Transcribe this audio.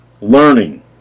learning